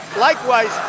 likewise.